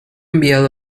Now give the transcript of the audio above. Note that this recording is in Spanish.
enviado